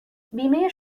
بیمه